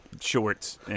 shorts